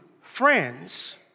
friends